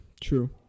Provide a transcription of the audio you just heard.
True